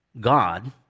God